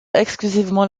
exclusivement